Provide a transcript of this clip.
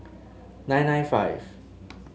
nine nine five